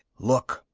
look,